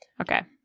Okay